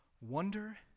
Wonder